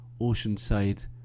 Oceanside